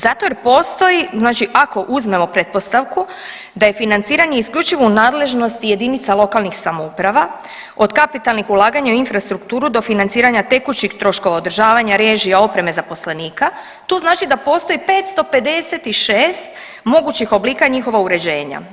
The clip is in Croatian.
Zato jer postoji znači ako uzmemo pretpostavku da je financiranje isključivo u nadležnosti JLS od kapitalnih ulaganja u infrastrukturu do financiranja tekućih troškova održavanja, režija, opreme zaposlenika, to znači da postoji 556 mogućih oblika njihova uređenja.